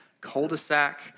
cul-de-sac